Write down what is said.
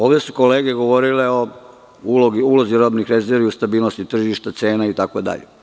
Ovde su kolege govorile o ulozi robnih rezervi, o stabilnosti tržišta, cena, itd.